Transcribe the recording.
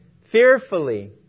fearfully